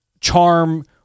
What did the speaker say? Charm